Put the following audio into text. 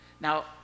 Now